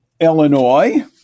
Illinois